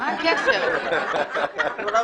ככה --- אתה יודע,